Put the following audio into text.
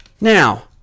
Now